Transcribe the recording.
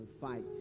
fight